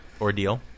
ordeal